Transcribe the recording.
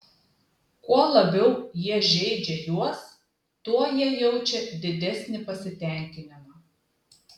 kuo labiau jie žeidžia juos tuo jie jaučia didesnį pasitenkinimą